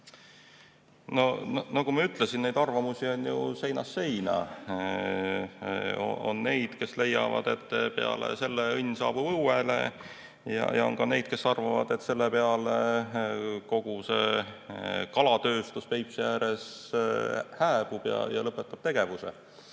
Nagu ma ütlesin, neid arvamusi on ju seinast seina. On neid, kes leiavad, et peale selle õnn saabub õuele, ja on ka neid, kes arvavad, et selle peale kogu kalatööstus Peipsi ääres hääbub ja lõpetab tegevuse,